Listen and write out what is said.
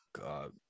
God